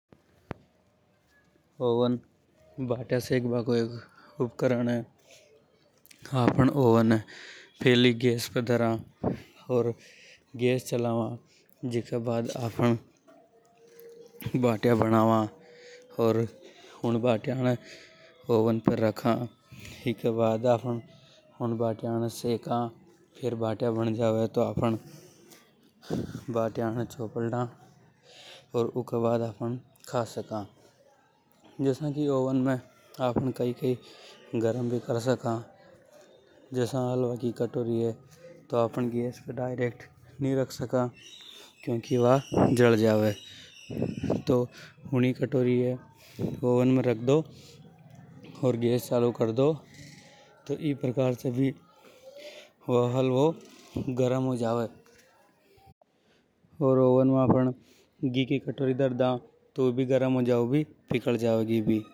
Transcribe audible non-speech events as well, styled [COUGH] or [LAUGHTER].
ओवन बाटियां सेक बा [NOISE] को उपकरण हे गो। आफ़न ओवन ये फैली गैस पर धरा फेर जीके बाद में बाटियां बनावा। ओर उन बाटियां ने ओवन पे रखा, जीके बाद आफ़न उन बाटियां ने सेका। [NOISE] फेर बाटियां बन जावे तो बाटियां ने चौपड़ ला। ओर ऊके बाद आफ़न खा सका। [NOISE] जसा की ओवन में आपन कई कई गरम भी कर सका। जसा हलवा की कटोरी हे, यूनियें आफ़न गैस पे डायरेक्ट नि रख सका। [UNINTELLIGIBLE] कटोरी ये ओवन रख दो ओर गैस चालू कर दो। तो ई प्रकार से भी हालवो गरम हो जावे, ओर आफ़न ओवन में घी की कटोरी धर दा वा भी पिकल जावे। [NOISE]